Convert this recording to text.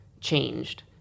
changed